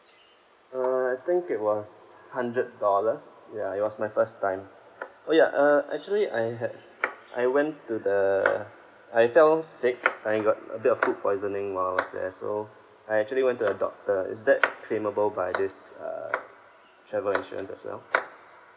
uh I think it was hundred dollars ya it was my first time oh ya uh actually I have I went to the I fell sick I got a bit of food poisoning while I was there so I actually went to a doctor is that claimable by this uh travel insurance as well